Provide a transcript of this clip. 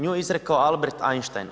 Nju je izrekao Albert Einstein.